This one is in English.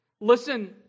Listen